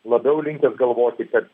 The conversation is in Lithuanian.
labiau linkęs galvoti kad